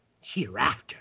hereafter